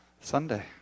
Sunday